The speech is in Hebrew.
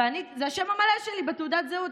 וזה השם המלא שלי בתעודת זהות.